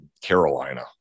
Carolina